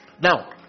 Now